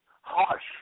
harsh